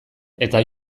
eta